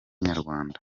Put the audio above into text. nyarwanda